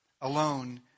alone